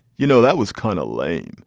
you know, that was conolly.